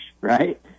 right